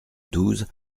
douze